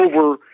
over